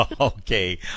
Okay